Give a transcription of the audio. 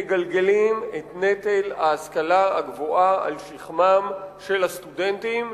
מגלגלים את נטל ההשכלה הגבוהה על שכמם של הסטודנטים,